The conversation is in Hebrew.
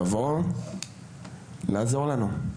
זה לבוא ולעזור לנו.